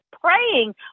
praying